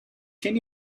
can